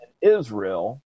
Israel